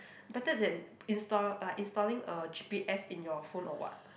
better than install like installing a G_P_S in your phone or what